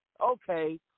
Okay